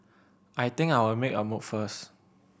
I think I'll make a move first